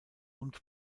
und